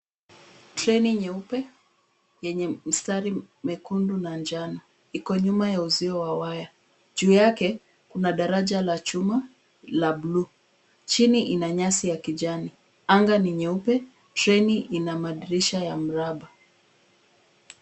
Treni nyeupe yenye mistari mekundu na njano iko nyuma ya uzio wa waya. Juu yake kuna daraja la chuma la buluu. Chini ina nyasi ya kijani. Anga ni nyeupe. Treni ina madirisha ya mraba.